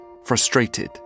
Frustrated